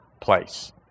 place